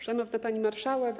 Szanowna Pani Marszałek!